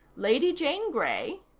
lady jane grey?